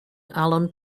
allen